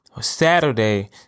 Saturday